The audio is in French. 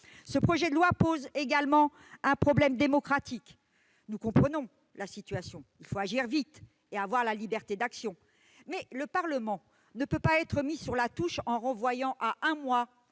Ce projet de loi pose également un problème démocratique. Nous comprenons que la situation impose d'agir vite et de disposer d'une liberté d'action, mais le Parlement ne saurait être mis sur la touche en renvoyant à un, voire